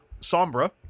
Sombra